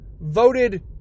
voted